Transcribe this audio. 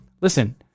Listen